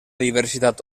diversitat